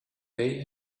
pay